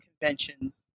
conventions